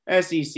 SEC